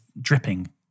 dripping